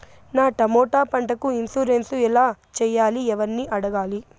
నా టమోటా పంటకు ఇన్సూరెన్సు ఎలా చెయ్యాలి? ఎవర్ని అడగాలి?